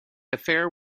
affair